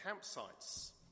campsites